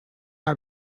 are